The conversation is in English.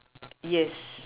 yes